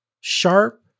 Sharp